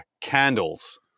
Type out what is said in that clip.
Candles